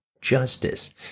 justice